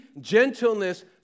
gentleness